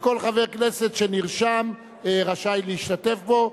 וכל חבר כנסת שנרשם רשאי להשתתף בו.